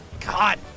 God